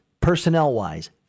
Personnel-wise